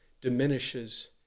diminishes